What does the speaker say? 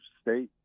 state